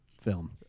film